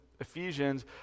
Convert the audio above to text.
Ephesians